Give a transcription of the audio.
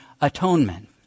atonement